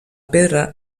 pedra